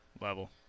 level